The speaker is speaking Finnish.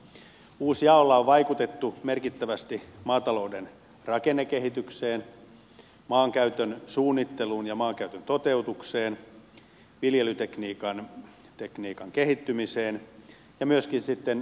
uusjaolla on vaikutettu merkittävästi maatalouden rakennekehitykseen maankäytön suunnitteluun ja maankäytön toteutukseen viljelytekniikan kehittymiseen ja myöskin sitten verotuksellisiin tekijöihin